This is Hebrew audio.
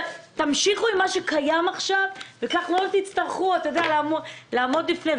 תמשיכו עם מה שקיים עכשיו וכך לא תצטרכו לעמוד במצב הזה.